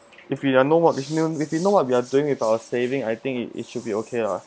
if we're know what if new if we know what we are doing with our saving I think it it should be okay lah